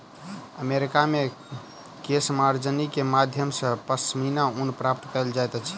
America मे केशमार्जनी के माध्यम सॅ पश्मीना ऊन प्राप्त कयल जाइत अछि